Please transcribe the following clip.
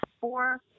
four